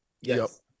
Yes